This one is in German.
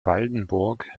waldenburg